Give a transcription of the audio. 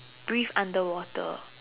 breathe underwater